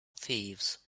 thieves